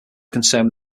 concerned